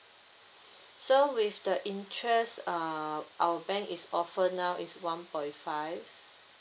so with the interest uh our bank is offer now is one point five